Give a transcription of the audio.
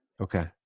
Okay